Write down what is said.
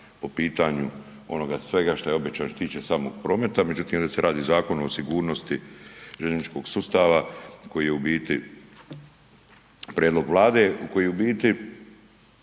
po pitanju onoga svega što je obećano što se tiče samog prometa, međutim ovdje se radi o Zakonu o sigurnosti željezničkog sustava koji je u biti prijedlog Vlade, koji je u biti